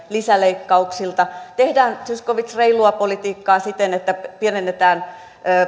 lisäleikkauksilta tehdään zyskowicz reilua politiikkaa siten että pienennetään pieni